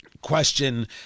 question